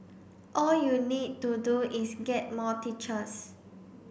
all you need to do is get more teachers